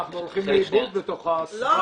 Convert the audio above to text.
אנחנו הולכים לאיבוד בתוך הסבך ה- -- לא,